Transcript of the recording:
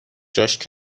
جاش